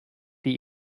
die